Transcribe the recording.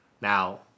Now